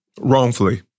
Wrongfully